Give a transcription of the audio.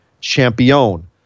champion